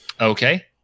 Okay